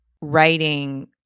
writing